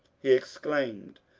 he exclaimed,